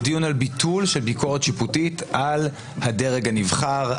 הוא דיון על ביטול של ביקורת שיפוטית על הדרג הנבחר,